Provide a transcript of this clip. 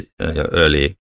early